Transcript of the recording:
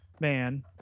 man